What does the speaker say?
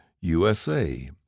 USA